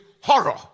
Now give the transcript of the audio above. horror